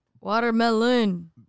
watermelon